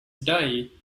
day